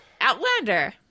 Outlander